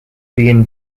being